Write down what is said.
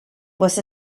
was